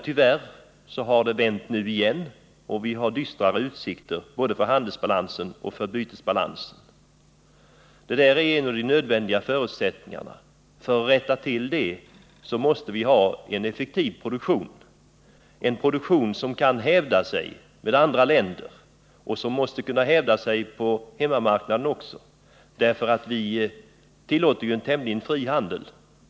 Tyvärr har utvecklingen nu vänt igen, och utsikterna är dystra både för handelsbalansen och för bytesbalansen. För att rätta till detta måste vi ha en effektiv produktion, som måste kunna hävda sig gentemot andra länder — även på hemmamarknaden. Vi tillåter ju en tämligen fri handel.